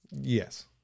Yes